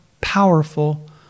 powerful